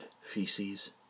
Feces